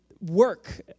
work